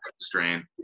strain